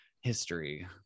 history